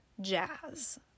jazz